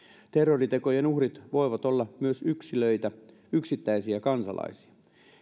terroritekojen uhrit voivat olla myös yksilöitä yksittäisiä kansalaisia